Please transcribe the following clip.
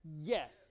Yes